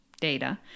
data